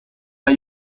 are